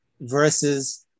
versus